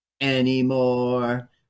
anymore